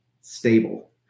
stable